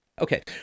Okay